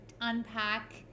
unpack